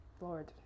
Lord